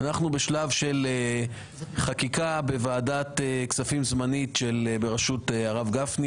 אנחנו בשלב של חקיקה בוועדת כספים זמנית בראשות הרב גפני